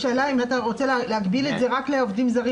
השאלה אם אתה רוצה להגביל את זה רק לעובדים זרים